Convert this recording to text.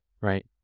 right